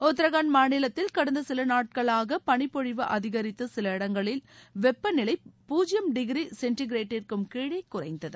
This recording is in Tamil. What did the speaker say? உத்ராண்ட் மாநிலத்தில் கடந்த சில நாட்களாக பளிப்பொழிவு அதிகரித்து சில இடங்களில் வெப்பநிலை பூஜ்யம் டிகிரி செண்டிகிரேடிற்கும் கீழே குறைந்தது